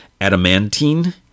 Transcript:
adamantine